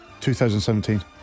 2017